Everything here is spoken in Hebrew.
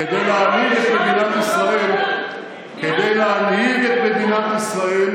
מה הבעיה, כדי להנהיג את מדינת ישראל,